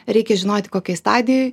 reikia žinoti kokioj stadijoj